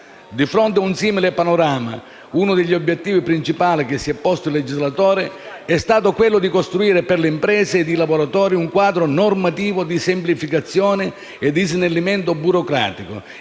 Di fronte ad un simile panorama, uno degli obiettivi principali che si è posto il legislatore è stato quello di costruire per le imprese e i lavoratori un quadro normativo di semplificazione e di snellimento burocratico